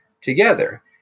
together